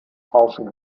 rauschen